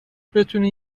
بتونی